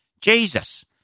Jesus